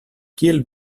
kiel